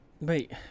Wait